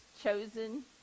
chosen